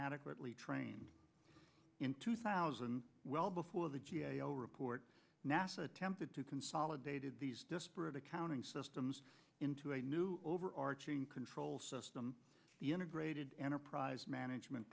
inadequately trained in two thousand well before the g a o report nasa attempted to consolidated these disparate accounting systems into a new overarching control system the integrated enterprise management